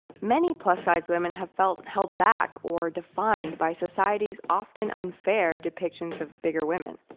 many plus-size women have felt held back or defined by society's often unfair depictions of bigger women.